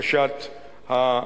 בהתאם לבקשת הזוכה.